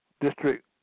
District